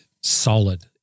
solid